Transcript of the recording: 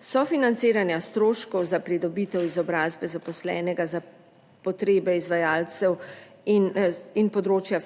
sofinanciranja stroškov za pridobitev izobrazbe zaposlenega za potrebe izvajalcev in področja